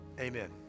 Amen